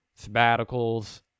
sabbaticals